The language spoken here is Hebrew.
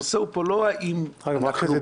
הנושא פה הוא לא האם אנחנו בעד --- רק שתדע,